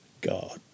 God